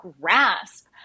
grasp